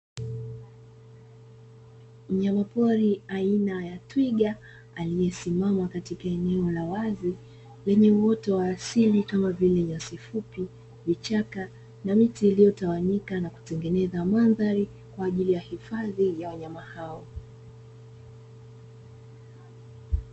Mnyamapori aina ya twiga aliye simama katika eneo lenye uwoto wa asili kama vile nyasi fupi, vichaka, na miti iliyotawanyika na kutengeneza mandhari kwaajili ya hiofadhi ya wanyama hao.